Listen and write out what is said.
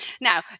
Now